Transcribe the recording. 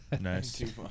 Nice